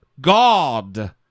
God